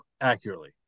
accurately